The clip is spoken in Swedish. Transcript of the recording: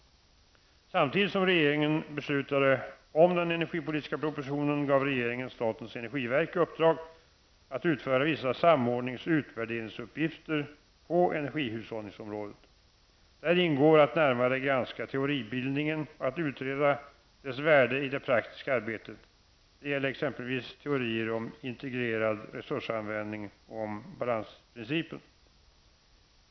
Samtidigt som regeringen beslutade om den energipolitiska propositionen gav regeringen statens energiverk i uppdrag att utföra vissa samordnings och utvärderingsuppgifter på energihushållningsområdet. Däri ingår att närmare granska teoribildningen och att utreda dess värde i det praktiska arbetet. Det gäller exempelvis teorier om integrerad resursanvändning och om balansprincipen.